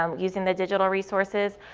um using the digital resources,